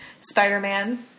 Spider-Man